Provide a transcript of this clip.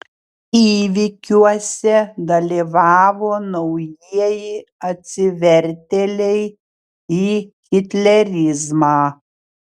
įvykiuose dalyvavo naujieji atsivertėliai į hitlerizmą